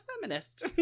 feminist